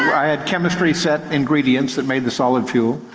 i had chemistry set ingredients that made the solid fuel.